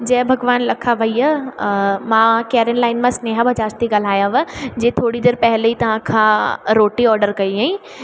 जय भॻवान लखा भईया मां केरन लाइन मां स्नेहा बजाज थी ॻाल्हायाव जे थोरी देरि पहले तव्हां खां रोटी ऑडर कई अई